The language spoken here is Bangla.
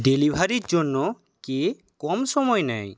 ডেলিভারির জন্য কে কম সময় নেয়